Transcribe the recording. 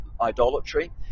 idolatry